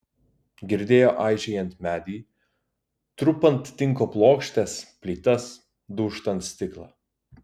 girdėjo aižėjant medį trupant tinko plokštes plytas dūžtant stiklą